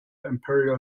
imperial